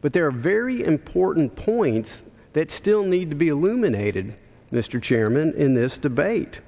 but there are very important points that still need to be illuminated mr chairman in this debate